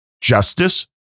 justice